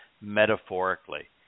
metaphorically